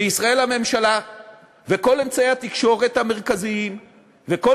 בישראל הממשלה וכל אמצעי התקשורת המרכזיים וכל